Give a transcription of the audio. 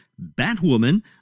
Batwoman